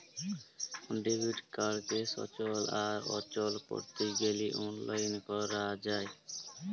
debit কাড়কে সচল আর অচল ক্যরতে গ্যালে অললাইল ক্যরা যায়